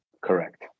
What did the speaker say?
Correct